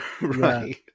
Right